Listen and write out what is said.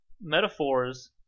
metaphors